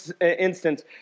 instance